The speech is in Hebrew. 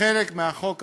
כחלק מהחוק עצמו.